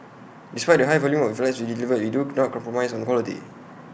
despite the high volume of flats we delivered we do not compromise on quality